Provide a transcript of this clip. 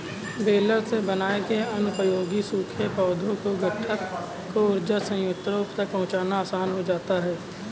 baler से बनाए गए अनुपयोगी सूखे पौधों के गट्ठर को ऊर्जा संयन्त्रों तक पहुँचाना आसान हो जाता है